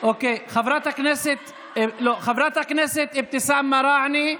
חברת הכנסת אבתיסאם מראענה,